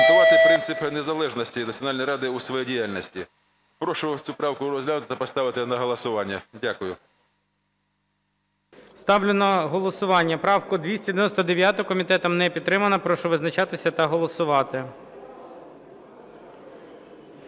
Прошу цю правку розглянути та поставити на голосування. Дякую. ГОЛОВУЮЧИЙ. Ставлю на голосування правку 299. Комітетом не підтримана. Прошу визначатись та голосувати.